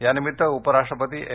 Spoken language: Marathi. यानिमित्त उपराष्ट्रपती एम